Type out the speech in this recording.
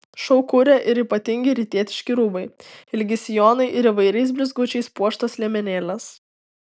šou kuria ir ypatingi rytietiški rūbai ilgi sijonai ir įvairiais blizgučiais puoštos liemenėlės